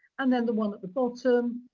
and then the one at the bottom.